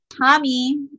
Tommy